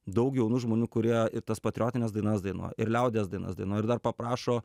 daug jaunų žmonių kurie ir tas patriotines dainas dainuoja ir liaudies dainas dainuoja ir dar paprašo